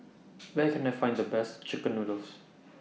Where Can I Find The Best Chicken Noodles